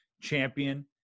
champion